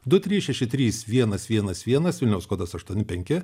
du trys šeši trys vienas vienas vienas vilniaus kodas aštuoni penki